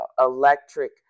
electric